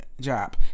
job